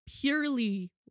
purely